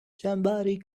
somebody